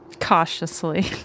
Cautiously